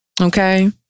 okay